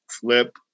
flip